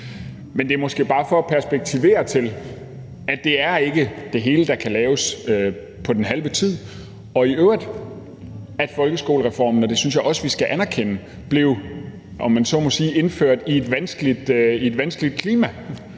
Men det er måske bare for at perspektivere det og sige, at det ikke er det hele, der kan laves på den halve tid, og i øvrigt, at folkeskolereformen – og det synes jeg også vi skal anerkende – om man så må sige blev indført i et vanskeligt klima.